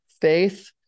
faith